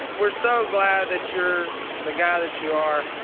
we're so glad that you're the guy that you are.